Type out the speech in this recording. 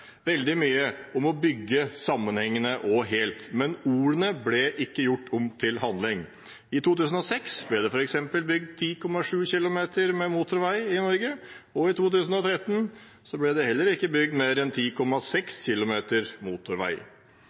veldig mye om å bygge sammenhengende og helt, men ordene ble ikke gjort om til handling. I 2006 ble det f.eks. bygd 10,7 km med motorvei i Norge, og i 2013 ble det heller ikke bygd mer enn 10,6 km motorvei.